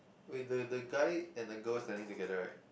wait the the guy and the girl standing together right